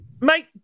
Mate